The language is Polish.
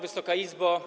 Wysoka Izbo!